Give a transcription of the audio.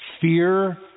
fear